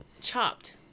chopped